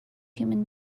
human